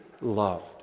loved